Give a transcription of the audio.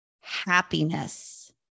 happiness